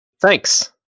thanks